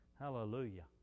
Hallelujah